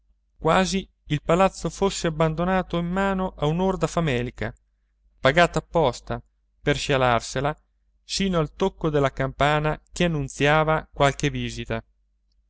quasi il palazzo fosse abbandonato in mano a un'orda famelica pagata apposta per scialarsela sino al tocco della campana che annunziava qualche visita